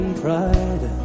pride